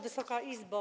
Wysoka Izbo!